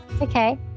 Okay